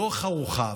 לא החרוכה,